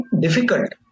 difficult